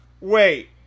wait